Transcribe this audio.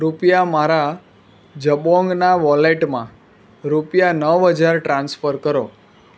કૃપયા મારા જબોંગનાં વોલેટમાં રૂપિયા નવ હજાર ટ્રાન્સફર કરો